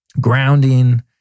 grounding